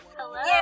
hello